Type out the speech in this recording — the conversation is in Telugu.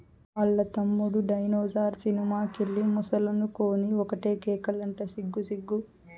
ఆల్ల తమ్ముడు డైనోసార్ సినిమా కెళ్ళి ముసలనుకొని ఒకటే కేకలంట సిగ్గు సిగ్గు